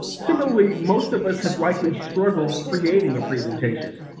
similarly, most of us have likely struggled creating a presentation.